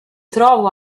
trovo